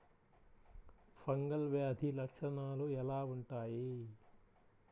Fungal వ్యాధి లక్షనాలు ఎలా వుంటాయి?